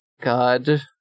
god